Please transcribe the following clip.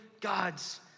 God's